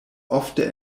ofte